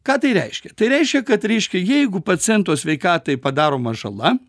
ką tai reiškia tai reiškia kad reiškia jeigu paciento sveikatai padaroma žala